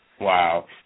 Wow